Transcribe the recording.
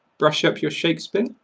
brush up your shakespeare?